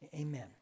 Amen